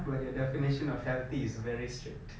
but your definition of healthy is very strict